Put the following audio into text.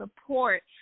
support